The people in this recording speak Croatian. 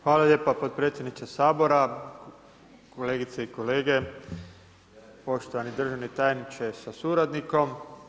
Hvala lijepa potpredsjedniče Sabora, kolegice i kolege, poštovani državni tajniče sa suradnikom.